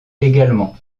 également